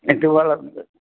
नाही तुम्हाला